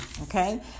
Okay